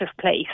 place